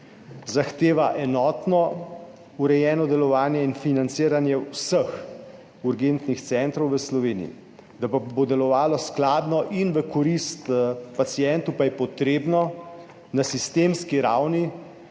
Zahteva enotno urejeno delovanje in financiranje vseh urgentnih centrov v Sloveniji. Da pa bo delovalo skladno in v korist pacientu, pa je potrebno na sistemski ravni